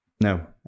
No